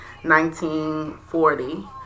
1940